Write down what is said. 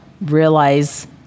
realize